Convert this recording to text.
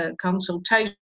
consultation